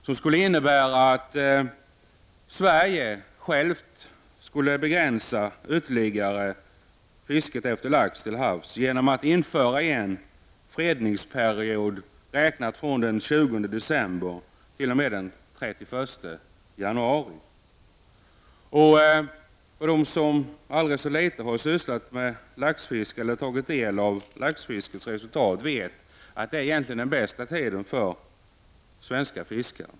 Förslagen innebär att Sverige ytterligare skall begränsa laxfiske till havs genom att införa en fredningsperiod från den 20 december t.o.m. den 31 januari. Alla de som aldrig så litet har sysslat med laxfiske eller tagit del av laxfiskets resultat vet att denna period egentligen utgör den bästa tiden för svenska fiskare.